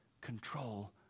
control